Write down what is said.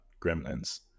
Gremlins